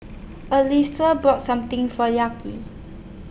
Alysia bought Something For Lucky